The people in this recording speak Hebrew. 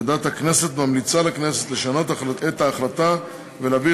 ועדת הכנסת ממליצה לכנסת לשנות את ההחלטה ולהעביר